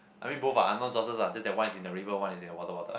I mean both ah no chances ah just the one is in the river one is in the water water